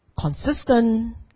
consistent